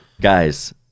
guys